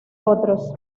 otros